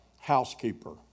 housekeeper